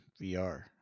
VR